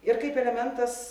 ir kaip elementas